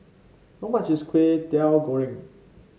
how much is Kway Teow Goreng